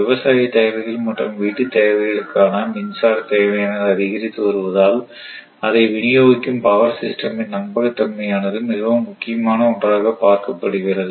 விவசாயத் தேவைகள் மற்றும் வீட்டுத் தேவைகளுக்காக மின்சார தேவையானது அதிகரித்து வருவதால் அதை வினியோகிக்கும் பவர் சிஸ்டம் இன் நம்பகத் தன்மையானது மிகவும் முக்கியமான ஒன்றாக பார்க்கப்படுகிறது